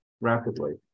rapidly